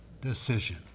decision